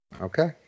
Okay